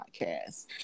podcast